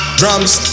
drums